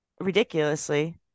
ridiculously